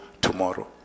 tomorrow